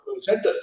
centers